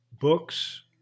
books